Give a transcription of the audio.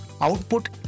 output